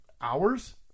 hours